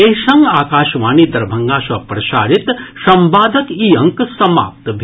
एहि संग आकाशवाणी दरभंगा सँ प्रसारित संवादक ई अंक समाप्त भेल